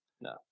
no